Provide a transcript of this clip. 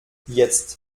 jetzt